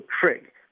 trick